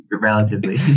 relatively